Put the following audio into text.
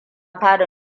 fara